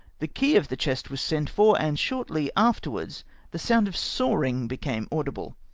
the key of the chest was sent for, and shortly afterwards the sound of sawing became audible.